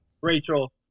Rachel